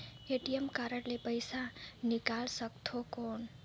ATM card ले पइसा निकाल सकथे थव कौन?